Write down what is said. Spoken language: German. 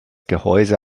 gehäuse